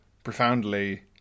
Profoundly